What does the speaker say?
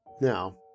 Now